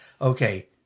okay